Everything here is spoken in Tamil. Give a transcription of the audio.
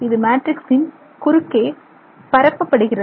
இது மேட்ரிக்சின் குறுக்கே பரப்பப் படுகிறது